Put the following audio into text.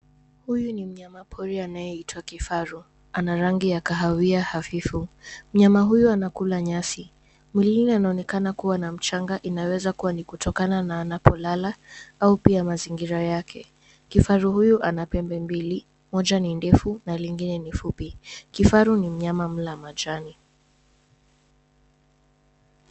Huyu ni mnyama pori anayeitwa kifaru. Ana rangi ya kahawia hafifu. Mnyama huyu anakula nyasi. Mwilini anaonekana kuwa na mchanga inaweza kuwa ni kutokana na anapolala au pia mazingira yake. Kifaru huyu ana pembe mbili, moja ni ndefu na lingine ni fupi. Kifaru ni mnyama mla majani.